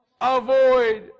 avoid